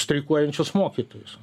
streikuojančius mokytojus